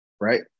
right